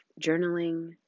journaling